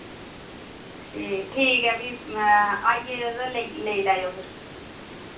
ठी ठीक ऐ फ्ही आई जायो ते ले लेई लैयो फिर